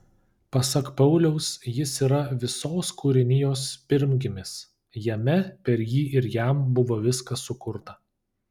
pasak pauliaus jis yra visos kūrinijos pirmgimis jame per jį ir jam buvo viskas sukurta